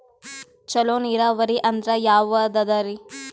ಚಲೋ ನೀರಾವರಿ ಅಂದ್ರ ಯಾವದದರಿ?